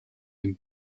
dem